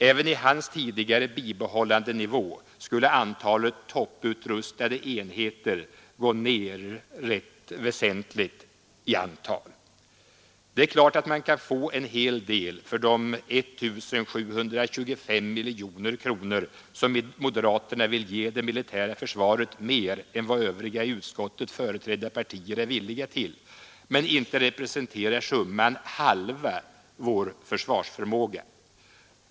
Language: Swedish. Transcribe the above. Även i hans tidigare bibehållandenivå skulle antalet topputrustade enheter gå ner rätt väsentligt i antal. Det är klart att man kan få en hel del för de 1 725 miljoner kronor som moderaterna vill ge det militära försvaret mer än vad övriga i utskottet företrädda partier är villiga till, men inte representerar summan halva vår försvarsförmåga.